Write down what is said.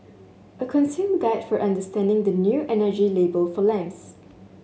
a consumer guide for understanding the new energy label for lamps